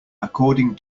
according